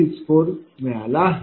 264 मिळाले आहे